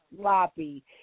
sloppy